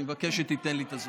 אני מבקש שתיתן לי את הזמן.